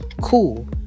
Cool